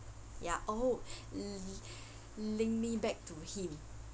ya all li~ link me back to him